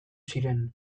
ziren